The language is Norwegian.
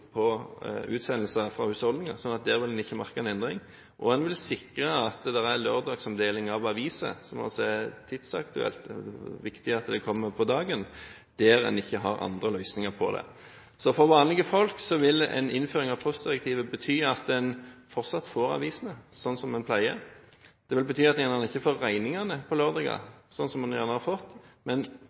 på utsendelser fra husholdninger, slik at der vil en ikke merke en endring, og en vil sikre lørdagsomdeling av aviser – som altså er tidsaktuelt, det er viktig at de kommer på dagen – der en ikke har andre løsninger på det. Så for vanlige folk vil en innføring av postdirektivet bety at en fortsatt får avisene slik som en pleier. Det vil bety at en ikke får regninger på lørdager, slik som en gjerne har fått. Men